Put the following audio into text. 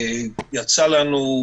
יצא לנו,